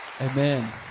Amen